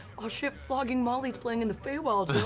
oh shit, flogging molly's playing and the feywild,